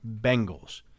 Bengals